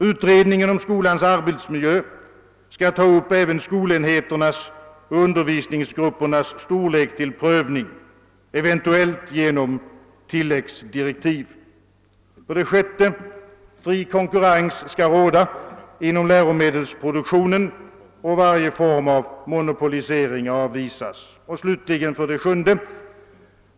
Utredningen om skolans arbetsmiljö skall ta upp även skolenheternas och undervisningsgruppernas storlek till prövning, eventuellt genom tilläggsdirektiv. 6. Fri konkurrens skall råda inom läromedelsproduktionen och varje form av monopolisering avvisas. 7.